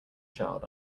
child